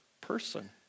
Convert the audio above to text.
person